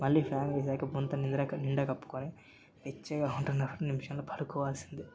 మళ్ళీ ఫ్యాన్ వేసాక బొంత నిద్ర నిండా కప్పుకోని వెచ్చగా ఉంటున్నారు నిమిషంలో పడుకోవాల్సిందే